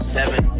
Seven